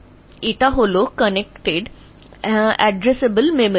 মুল বিষয় হল এটি content addressable memory